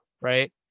right